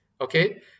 Okay